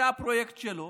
זה הפרויקט שלו,